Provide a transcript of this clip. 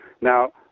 Now